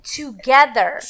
together